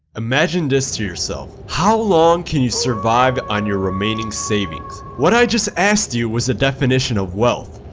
imagine this to yourself. how long can you survive on your remaining savings? what i just asked you was a definition of wealth.